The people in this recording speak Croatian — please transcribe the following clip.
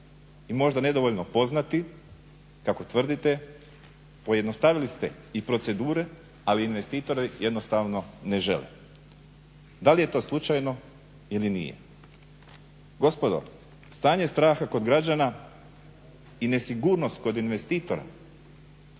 i možda nedovoljno poznati kako tvrdite, pojednostavili ste i procedure, ali investitore jednostavno ne žele. Da li je to slučajno ili nije? Gospodo stanje straha kod građana i nesigurnost kod investitora